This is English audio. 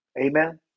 Amen